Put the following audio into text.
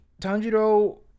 Tanjiro